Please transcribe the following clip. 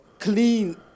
Clean